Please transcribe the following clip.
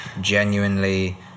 Genuinely